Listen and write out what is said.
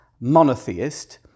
monotheist